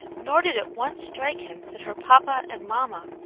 nor did it once strike him that her papa and mamma,